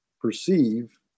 perceive